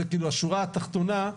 זה השורה התחתונה,